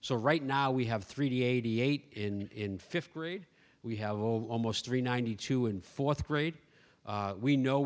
so right now we have three hundred eighty eight in fifth grade we have almost three ninety two in fourth grade we know